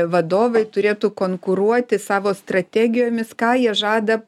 vadovai turėtų konkuruoti savo strategijomis ką jie žada